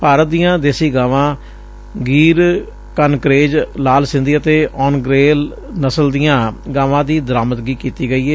ਭਾਰਤ ਦੀਆਂ ਦੇਸੀ ਗਾਂਵਾਂ ਗੀਰ ਕਨਕਰੇਜ ਲਾਲ ਸਿੰਧੀ ਤੇ ਓਨਗੇਲ ਨਸਲ ਦੀਆਂ ਗਾਂਵਾਂ ਦੀ ਦਰਾਮਦਗੀ ਕੀਤੀ ਗਈ ਏ